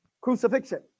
crucifixion